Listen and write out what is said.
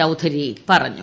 ചൌധരി പറഞ്ഞു